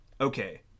Okay